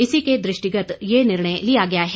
इसी के दृष्टिगत ये निर्णय लिया गया है